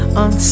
on